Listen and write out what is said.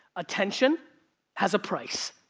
attention has a price,